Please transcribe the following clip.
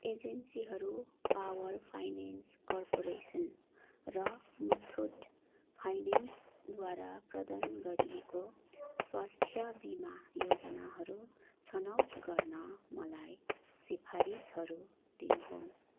एजेन्सीहरू power finance corporation र मुथुट फाइनेन्सद्वारा प्रदान गरिएको स्वास्थ्य बिमा योजनाहरू छनौट गर्न मलाई सिफारिसहरू दिनुहोस्